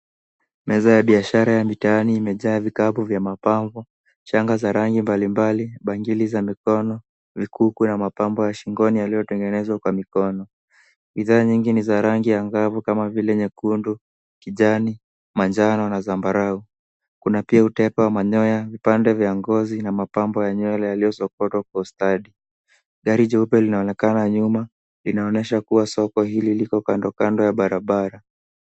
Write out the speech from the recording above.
Meza ya biashara ya mitaani imejaa vikapu vya mapambo, shanga za rangi mbalimbali, bangili za mikono, vikuku, na mapambo ya shingoni yaliyotengenezwa kwa mikono. Bidhaa nyingi ni za rangi angavu kama vile nyekundu, kijani, manjano, na zambarau. Kuna pia utepe wa manyoya, vipande vya ngozi na mapambo ya nywele yaliyosokotwa kwa ustadi. Gari jeupe linaonekana nyuma, linaonyesha kuwa soko hili liko kando kando ya barabara.